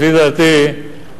לפי דעתי,